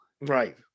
Right